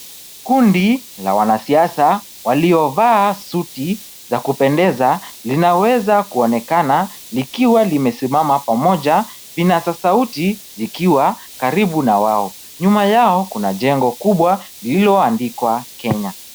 Kundi la wanasiasa waliovaa suti za kupendeza linaweza kuonekana likiwa linasimama pamoja kinasa sauti zikiwa karibu na wao nyuma yao kuna jengo lililoandikwa Kenya.